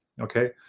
Okay